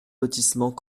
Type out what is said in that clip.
lotissement